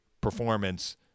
performance